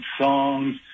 songs